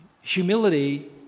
Humility